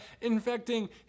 infecting